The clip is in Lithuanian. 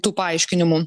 tų paaiškinimų